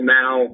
now